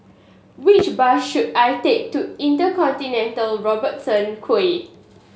which bus should I take to InterContinental Robertson Quay